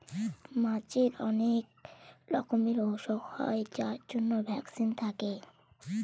মাছের অনেক রকমের ওসুখ হয় যার জন্য ভ্যাকসিন থাকে